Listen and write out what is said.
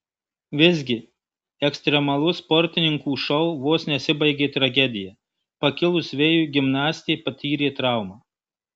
visgi ekstremalus sportininkų šou vos nesibaigė tragedija pakilus vėjui gimnastė patyrė traumą